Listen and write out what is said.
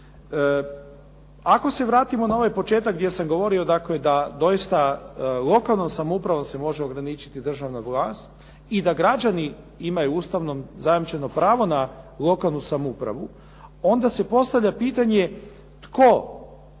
Ako se vratimo na ovaj početak gdje sam govorio gdje doista lokalnom samoupravom se može ograničiti državna vlast i da građani imaju ustavom zajamčeno pravo na lokalnu samoupravu, onda se postavlja pitanje tko